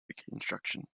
reconstruction